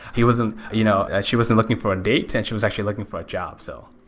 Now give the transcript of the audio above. she wasn't you know she wasn't looking for a date and she was actually looking for a job. so